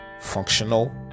functional